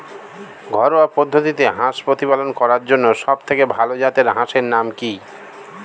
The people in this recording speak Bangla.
ঘরোয়া পদ্ধতিতে হাঁস প্রতিপালন করার জন্য সবথেকে ভাল জাতের হাঁসের নাম কি?